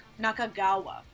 Nakagawa